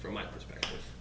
from my perspective